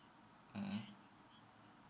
mmhmm